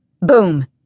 Boom